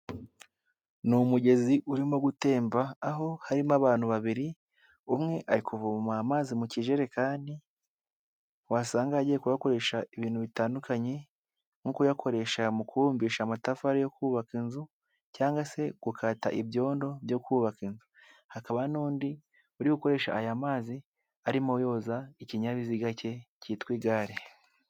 Ni umugezi urimo gutemba aho harimo abantu babiri, umwe ari kuvoma amazi mu kijerekani, wasanga agiye kuyakoresha ibintu bitandukanye nko kuyakoresha mu kubumbisha amatafari yo kubaka inzu, cyangwag se gukata ibyondo byo kubaka inzu. Hakaba n'undi uri gukoresha aya mazi arimo yoza ikinyabiziga cye cyitwa igare.